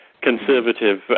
conservative